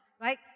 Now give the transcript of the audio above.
right